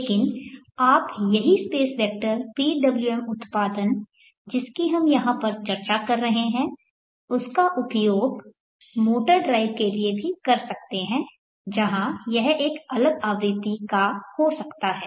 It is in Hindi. लेकिन आप यही स्पेस वेक्टर PWM उत्पादन जिसकी हम यहाँ पर चर्चा कर रहे हैं उसका उपयोग मोटर ड्राइव के लिए भी कर सकते हैं जहां यह एक अलग आवृत्ति का हो सकता है